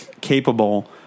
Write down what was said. capable